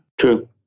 True